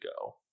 go